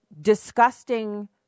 disgusting